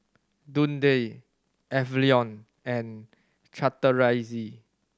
Dundee Avalon and Chateraise